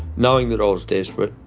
knowing that i was desperate.